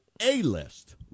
A-List